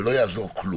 ולא יעזור כלום.